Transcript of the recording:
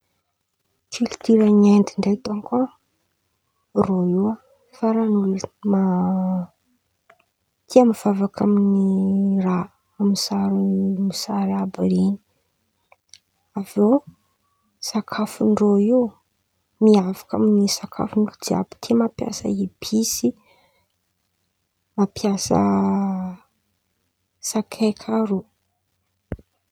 Kilitioran̈y Inde ndraiky dônko irô io faran̈y olo ma- tia mivavaka amy raha amy sary sary àby ren̈y, avy eo sakafo ndreo io miavaka amy sakafon'olo jìàby, tia mampiasa episy, mampiasa sakay kà irô.